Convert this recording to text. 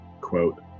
Quote